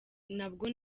nabwo